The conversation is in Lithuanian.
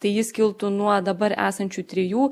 tai jis kiltų nuo dabar esančių trijų